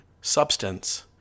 substance